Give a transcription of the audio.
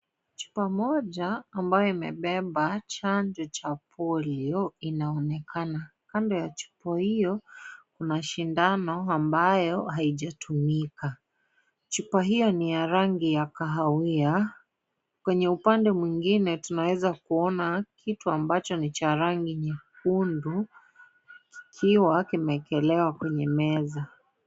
Chupa Moja ambayo imebeba chacho cha polio inaonekana, kando ya chupa hiyo Kuna shindano ambayo haijatumika chupa hiyo ni ya rangi ya kahawia, kwenye upande mwingine tunaweza kuona kitu ambacho ni Cha rangi nyekundu kikiwa kimeekelewa kwenye meza.